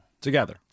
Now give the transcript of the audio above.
together